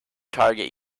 target